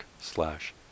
slash